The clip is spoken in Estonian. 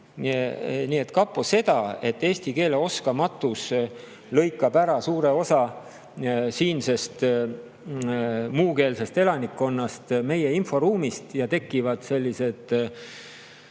selle eest], et eesti keele oskamatus lõikab ära suure osa siinsest muukeelsest elanikkonnast meie inforuumist ja tekivad sellised